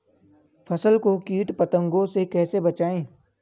फसल को कीट पतंगों से कैसे बचाएं?